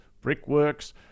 brickworks